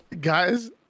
guys